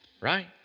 right